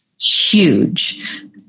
huge